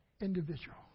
individual